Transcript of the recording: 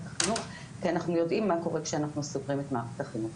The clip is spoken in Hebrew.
החינוך כי אנחנו יודעים מה קורה כשאנחנו סוגרים את מערכת החינוך.